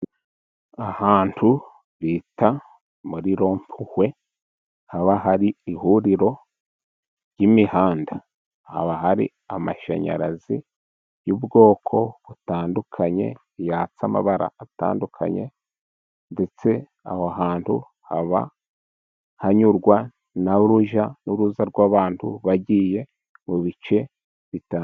Ahantu bita muri rompuwe haba hari ihuriro ry'imihanda, haba hari amashanyarazi y'ubwoko butandukanye yatsa amabara atandukanye, ndetse aho hantu haba hanyurwa n'urujya n'uruza rw'abantu bagiye mu bice bitandukanye.